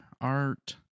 art